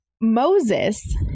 Moses